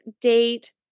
date